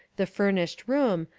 the furnished room,